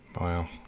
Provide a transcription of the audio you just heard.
Wow